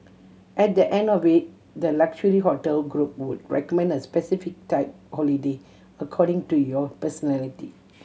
at the end of we the luxury hotel group would recommend a specific type holiday according to your personality